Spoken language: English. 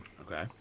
Okay